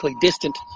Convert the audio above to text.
distant